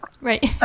right